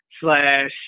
slash